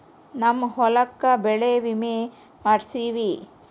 ನಮ್ ಹೊಲಕ ಬೆಳೆ ವಿಮೆ ಮಾಡ್ಸೇವಿ